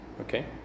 okay